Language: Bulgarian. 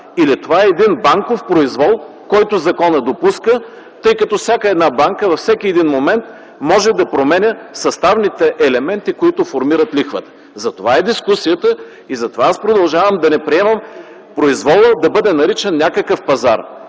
или това е един банков произвол, който законът допуска, тъй като всяка една банка във всеки един момент може да променя съставните елементи, които формират лихвата. Затова е дискусията и затова аз продължавам да не приемам произволът да бъде наричан някакъв пазар.